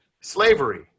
slavery